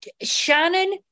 Shannon